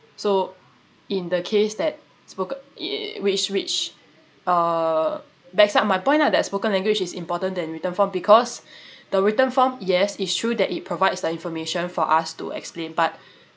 so in the case that spoke~ i~ which which uh backs up my point lah that spoken language is important than written form because the written form yes it's true that it provides the information for us to explain but